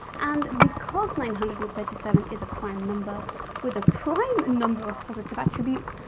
and because nine hundred and thirty seven is a prime number with a prime number of positive attributes,